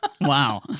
Wow